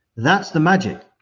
that's the magic,